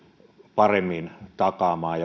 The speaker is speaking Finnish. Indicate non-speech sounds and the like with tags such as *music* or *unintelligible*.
paremmin takaamaan *unintelligible*